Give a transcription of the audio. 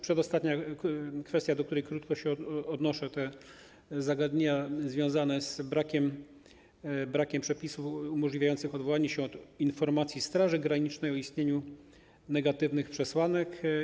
Przedostatnia kwestia, do której krótko się odniosę, to zagadnienia związane z brakiem przepisów umożliwiających odwołanie się od informacji Straży Granicznej o istnieniu negatywnych przesłanek.